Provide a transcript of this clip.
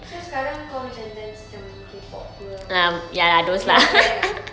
so sekarang kau macam dance yang K-pop ke apa with your friend ah